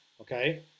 okay